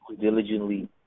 diligently